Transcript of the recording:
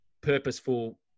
purposeful